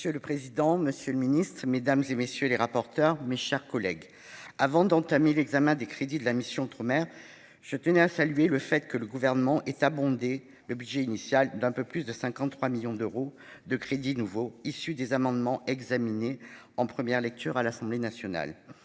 Monsieur le président, monsieur le ministre, mes chers collègues, avant d'entamer l'examen des crédits de la mission « Outre-mer », je tenais à saluer le fait que le Gouvernement ait abondé le budget initial d'un peu plus de 53 millions d'euros de crédits nouveaux, issus des amendements discutés en première lecture à l'Assemblée nationale.